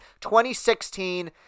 2016